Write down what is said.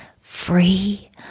free